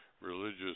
religious